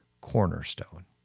cornerstone